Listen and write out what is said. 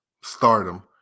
stardom